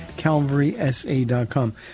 CalvarySA.com